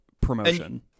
promotion